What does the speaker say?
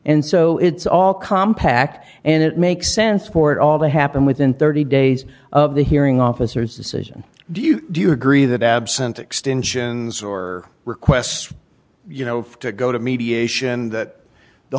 and so it's all compact act and it makes sense port all that happened within thirty days of the hearing officers decision do you do you agree that absent extensions or requests you know to go to mediation that the